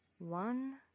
One